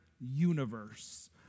universe